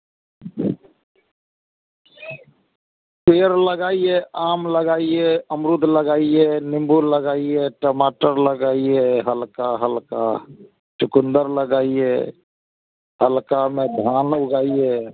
पेड़ लगाइए आम लगाइए अमरूद लगाइए नींबू लगाइए टमाटर लगाइए हल्का हल्का चुकुंदर लगाइए हल्का में धान उगाइए